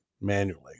manually